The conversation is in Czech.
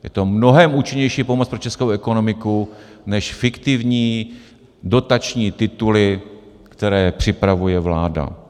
Je to mnohem účinnější pomoc pro českou ekonomiku než fiktivní dotační tituly, které připravuje vláda.